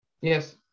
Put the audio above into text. yes